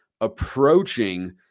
approaching